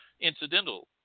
incidental